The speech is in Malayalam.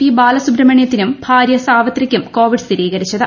പി ബാലസുബ്രഹ്മണ്യത്തിനും ഭാര്യ സാവിത്രിക്കും കോവിഡ് സ്ഥിരീകരിച്ചത്